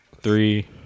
Three